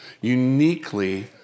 uniquely